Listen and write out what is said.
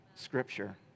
scripture